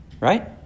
Right